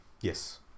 Yes